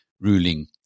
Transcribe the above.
ruling